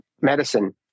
medicine